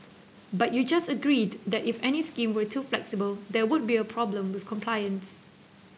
but you just agreed that if any scheme were too flexible there would be a problem with compliance